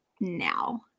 now